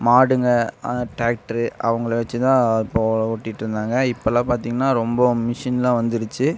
மாடுங்க டிராக்ட்ரு அவங்களை வச்சுதான் அப்போது ஓட்டிகிட்டு இருந்தாங்க இப்போலாம் பார்த்தீங்கன்னா ரொம்ப மிஷின்லாம் வந்துருச்சு